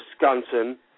Wisconsin